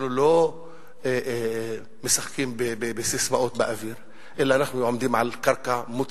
אנחנו לא משחקים בססמאות באוויר אלא אנחנו עומדים על קרקע מוצקה.